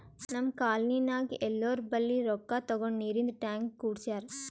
ನಮ್ ಕಾಲ್ನಿನಾಗ್ ಎಲ್ಲೋರ್ ಬಲ್ಲಿ ರೊಕ್ಕಾ ತಗೊಂಡ್ ನೀರಿಂದ್ ಟ್ಯಾಂಕ್ ಕುಡ್ಸ್ಯಾರ್